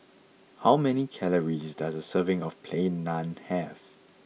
how many calories does a serving of Plain Naan have